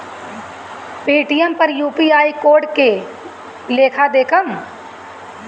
Paytm पर UPI code के लेखा देखम?